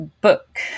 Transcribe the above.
book